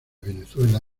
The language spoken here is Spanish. venezuela